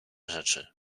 rzeczy